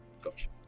Gotcha